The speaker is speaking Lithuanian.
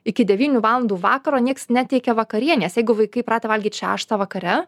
iki devynių valandų vakaro nieks neteikia vakarienės jeigu vaikai įpratę valgyt šeštą vakare